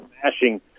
smashing